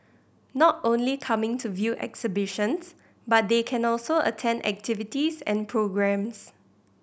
not only coming to view exhibitions but they can also attend activities and programmes